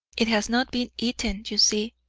it has not been eaten, you see.